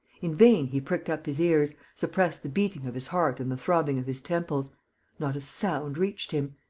in vain, he pricked up his ears, suppressed the beating of his heart and the throbbing of his temples not a sound reached him.